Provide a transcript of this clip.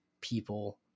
people